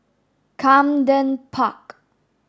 Camden Park